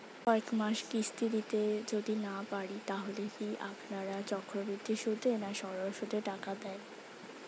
কয়েক মাস কিস্তি দিতে যদি না পারি তাহলে কি আপনারা চক্রবৃদ্ধি সুদে না সরল সুদে টাকা দেন?